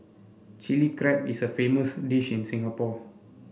Chilli Crab is a famous dish in Singapore